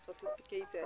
sophisticated